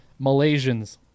Malaysians